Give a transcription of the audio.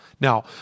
Now